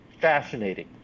fascinating